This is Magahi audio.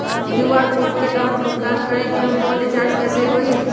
कियु.आर कोड के तहद भुगतान करके हम फोन रिचार्ज कैसे होई?